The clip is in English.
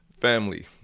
Family